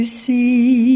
see